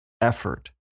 effort